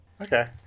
Okay